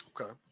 Okay